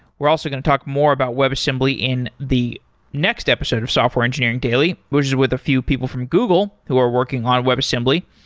we're also going to talk more about webassembly in the next episode of software engineering daily, which is with a few people from google who are working on webassembly.